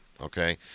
okay